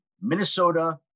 Minnesota